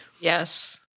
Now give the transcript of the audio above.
Yes